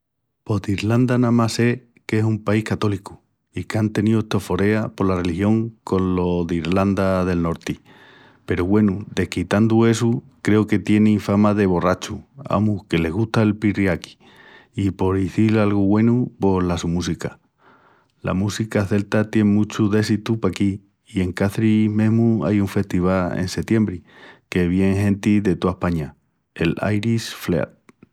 Pos d'Ilranda namás sé que es un país católicu i qu'án teníu estoforea pola religión colo d'Ilranda del Norti. Peru, güenu, desquitandu essu, creu que tienin fama de borrachus, amus que les gusta el pirriaqui i, por izil algu güenu pos la su música. La música celta tien muchu déssitu paquí i en Caçris mesmu ai un festival en setiembri que vien genti de toa España, l'Irish Fleadh.